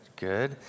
good